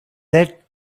tell